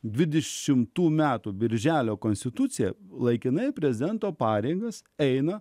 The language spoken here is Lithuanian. dvidešimtų metų birželio konstituciją laikinai prezidento pareigas eina